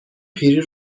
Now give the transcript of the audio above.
پیری